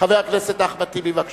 חבר הכנסת אחמד טיבי, בבקשה.